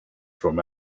from